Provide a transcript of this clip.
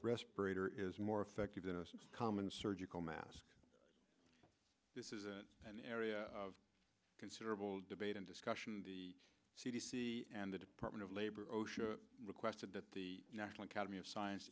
respirator is more effective than a common surgical mask this isn't an area of considerable debate and discussion the c d c and the department of labor oh sure requested that the national academy of science